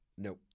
No